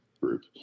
group